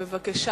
בבקשה,